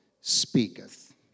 speaketh